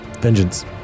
Vengeance